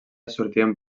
sortien